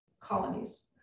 colonies